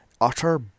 Utter